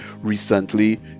recently